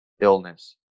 illness